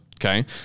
okay